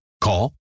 Call